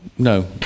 No